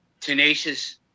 tenacious